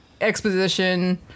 exposition